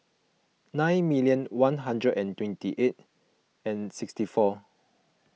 nine million one hundred and twenty eight and sixty four